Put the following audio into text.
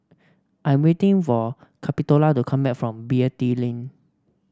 I am waiting for Capitola to come back from Beatty Lane